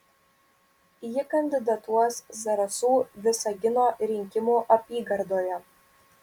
ji kandidatuos zarasų visagino rinkimų apygardoje